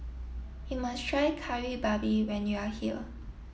you must try Kari Babi when you are here